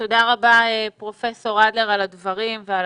תודה רבה פרופסור אדלר על הדברים ועל